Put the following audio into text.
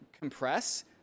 compress